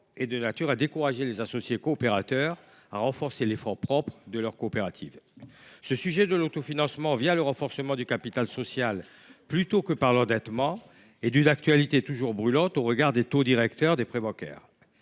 Cette situation n’encourage pas les associés coopérateurs à renforcer les fonds propres de leur coopérative. La question de l’autofinancement le renforcement du capital social, plutôt que par l’endettement, est d’une actualité toujours brûlante au regard des taux directeurs des prêts bancaires.